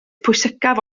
pwysicaf